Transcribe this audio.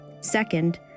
Second